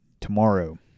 tomorrow